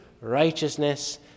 righteousness